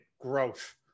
growth